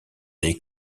des